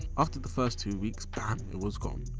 after the first two weeks, bam, it was gone.